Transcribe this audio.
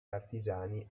artigiani